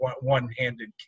one-handed